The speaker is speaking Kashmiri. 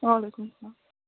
وعلیکُم سلام